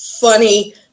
funny